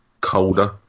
colder